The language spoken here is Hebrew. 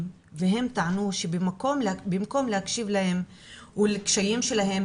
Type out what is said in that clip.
והם טענו שבמקום להקשיב להם ולקשיים שלהם,